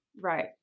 Right